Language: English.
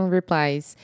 replies